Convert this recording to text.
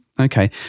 Okay